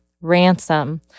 ransom